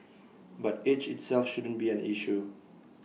but age itself shouldn't be an issue